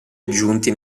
aggiunti